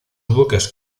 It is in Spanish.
buques